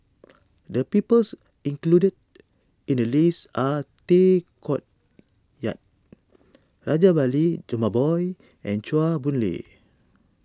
the peoples included in the list are Tay Koh Yat Rajabali Jumabhoy and Chua Boon Lay